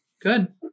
Good